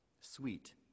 sweet